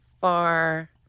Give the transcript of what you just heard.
far